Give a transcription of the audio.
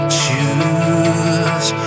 choose